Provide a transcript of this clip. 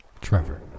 Trevor